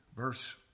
Verse